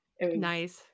nice